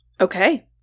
Okay